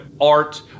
art